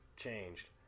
Changed